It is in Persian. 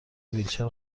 ویلچر